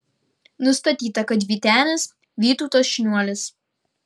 nustatyta kad vytenis vytautas šniuolis